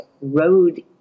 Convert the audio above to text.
Road